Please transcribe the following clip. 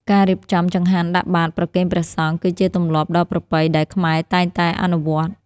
ការរៀបចំចង្ហាន់ដាក់បាតប្រគេនព្រះសង្ឃ គឺជាទម្លាប់ដ៏ប្រពៃដែលខ្មែរតែងតែអនុវត្ត។